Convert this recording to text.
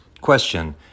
Question